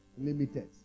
limited